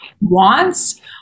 wants